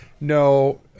No